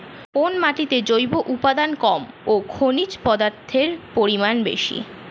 কোন মাটিতে জৈব উপাদান কম ও খনিজ পদার্থের পরিমাণ বেশি?